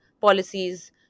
policies